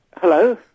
Hello